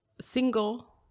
single